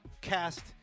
Cast